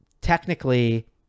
technically